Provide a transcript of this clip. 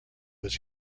was